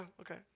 okay